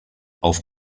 auf